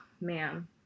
man